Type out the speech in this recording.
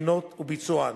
הבחינות וביצוען.